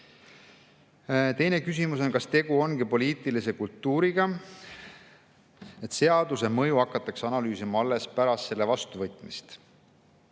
Teine küsimus on: "Kas tegu ongi uue poliitilise kultuuriga, et seaduse mõju hakatakse analüüsima alles pärast selle vastuvõtmist?"